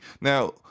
Now